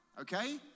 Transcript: okay